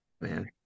man